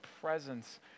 presence